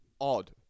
odd